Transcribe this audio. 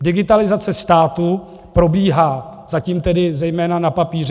Digitalizace státu probíhá zatím tedy zejména na papíře.